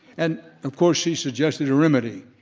and of course she suggested a remedy.